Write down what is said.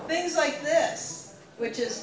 things like this which is